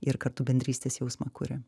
ir kartu bendrystės jausmą kuria